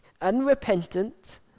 unrepentant